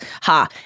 Ha